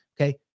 Okay